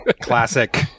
Classic